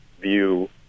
view